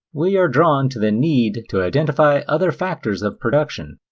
we are drawn to the need to identify other factors of production,